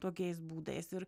tokiais būdais ir